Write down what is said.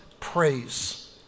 praise